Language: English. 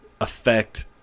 affect